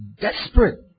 desperate